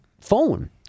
phone